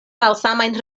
malsamajn